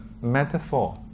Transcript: metaphor